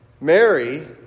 Mary